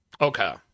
Okay